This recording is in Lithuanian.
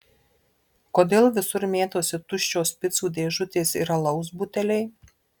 kodėl visur mėtosi tuščios picų dėžutės ir alaus buteliai